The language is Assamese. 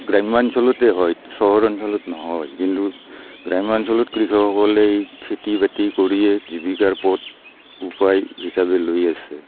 গ্ৰাম্যাঞ্চলতে হয় চহৰ অঞ্চলত নহয় কিন্তু গ্ৰাম্যাঞ্চলত কৃষকসকলে এই খেতি বাতি কৰিয়েই জীৱিকাৰ পথ উপাই হিচাপে লৈ আছে